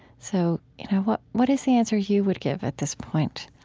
so you know what what is the answer you would give at this point?